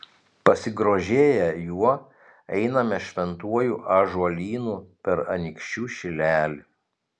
pasigrožėję juo einame šventuoju ąžuolynu per anykščių šilelį